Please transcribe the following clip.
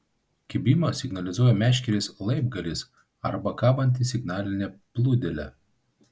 kibimą signalizuoja meškerės laibgalis arba kabanti signalinė plūdelė